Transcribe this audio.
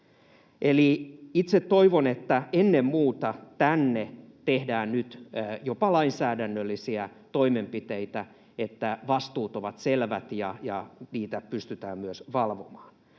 Itse toivon, että ennen muuta tänne tehdään nyt jopa lainsäädännöllisiä toimenpiteitä, että vastuut ovat selvät ja niitä pystytään myös valvomaan.